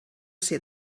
ser